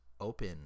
open